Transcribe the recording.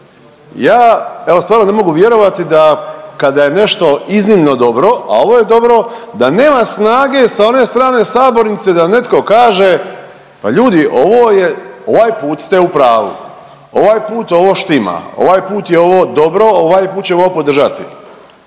Ja evo stvarno ne mogu vjerovati da kada je nešto iznimno dobro, a ovo je dobro da nema snage sa one strane sabornice da netko kaže, pa ljudi ovo je ovaj put ste u pravu. Ovaj put ovo štima, ovaj put je ovo dobro, ovaj put ćemo ovo podržati.